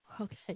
Okay